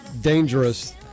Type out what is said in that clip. dangerous